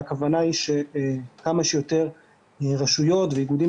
והכוונה היא שכמה שיותר רשויות ואיגודים